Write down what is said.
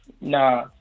Nah